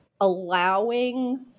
allowing